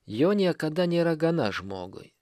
jo niekada nėra gana žmogui